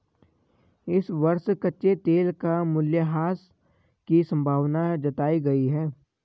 इस वर्ष कच्चे तेल का मूल्यह्रास की संभावना जताई गयी है